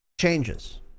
changes